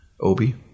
Obi